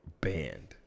banned